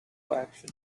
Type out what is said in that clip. action